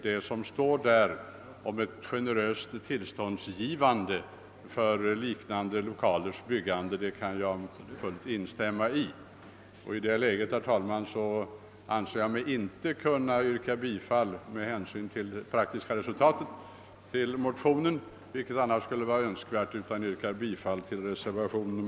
Vad som där står om ett generöst tillståndsgivande för byggande av sådana lokaler kan jag helt instämma i. Med hänsyn till det praktiska resultatet anser jag mig nu inte kunna yrka bifall till motionerna, vilket jag annars skulle ha gjort, utan jag yrkar bifall till reservationen 2.